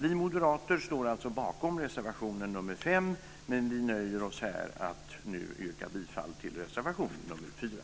Vi moderater står alltså bakom reservation nr 5 men nöjer oss här med att nu yrka bifall till reservation nr 4.